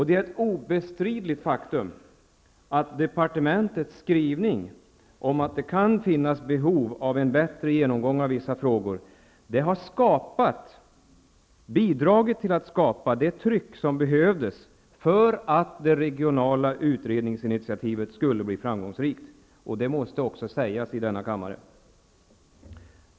Det är ett obestridligt faktum att departementets skrivning om att det kan finnas behov av en bättre genomgång av vissa frågor har bidragit till att skapa det tryck som behövdes för att det regionala utredningsinitiativet skulle bli framgångsrikt. Det måste också sägas i denna kammare.